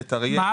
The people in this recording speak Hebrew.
בית אריה,